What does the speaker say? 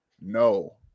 no